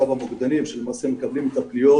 קו המוקדנים שלמעשה מקבלים את הפניות